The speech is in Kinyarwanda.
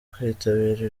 kwitabira